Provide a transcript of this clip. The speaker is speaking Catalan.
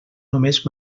només